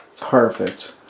perfect